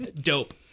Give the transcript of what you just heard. dope